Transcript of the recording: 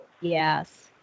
Yes